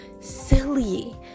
silly